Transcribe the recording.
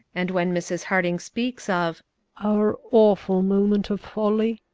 and when mrs. harding speaks of our awful moment of folly,